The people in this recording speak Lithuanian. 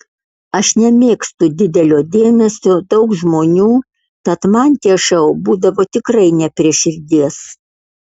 aš nemėgstu didelio dėmesio daug žmonių tad man tie šou būdavo tikrai ne prie širdies